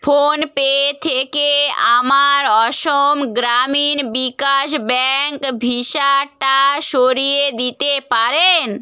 PhonePe থেকে আমার Assam Gramin Vikash Bank ভিসাটা সরিয়ে দিতে পারেন